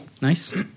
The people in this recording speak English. Nice